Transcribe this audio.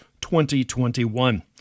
2021